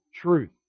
truth